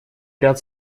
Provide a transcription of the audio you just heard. ряд